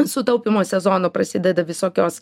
su taupymo sezonu prasideda visokios